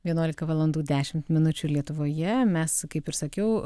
vienuolika valandų dešimt minučių lietuvoje mes kaip ir sakiau